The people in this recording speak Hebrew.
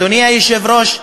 אדוני היושב-ראש,